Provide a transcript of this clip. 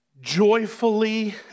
joyfully